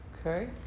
Okay